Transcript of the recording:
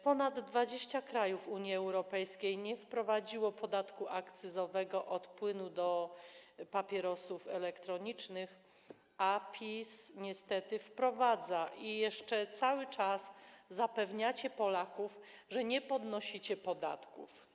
Ponad 20 krajów Unii Europejskiej nie wprowadziło podatku akcyzowego od płynu do papierosów elektronicznych, a PiS niestety wprowadza i jeszcze cały czas zapewniacie Polaków, że nie podnosicie podatków.